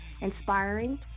inspiring